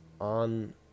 on